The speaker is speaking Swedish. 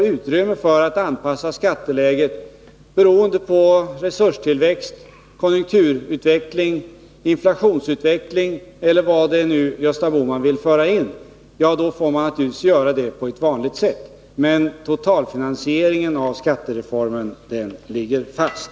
Ges det sedan utrymme för att sänka skatten beroende på resurstillväxt, konjunkturutveckling, inflationsutveckling eller vad nu Gösta Bohman vill föra in, får man naturligtvis göra detta på vanligt sätt. Men totalfinansieringen av skattereformen ligger fast.